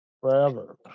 forever